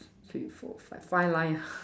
three four five lines ah